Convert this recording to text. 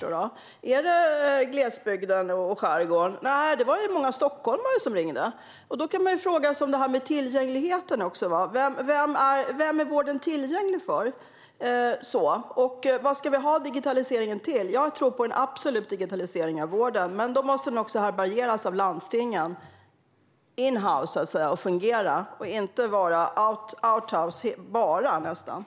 Är det de som bor i glesbygden och skärgården? Nej, det var många stockholmare som ringde. Då kan man fråga sig hur det är med tillgängligheten. Vem är vården tillgänglig för, och vad ska vi ha digitaliseringen till? Jag tror absolut på en digitalisering av vården, men då måste den härbärgeras av landstingen in-house, så att säga, och fungera och inte nästan bara vara out-house.